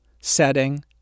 setting